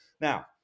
Now